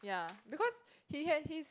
ya because he has his